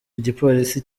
igipolisi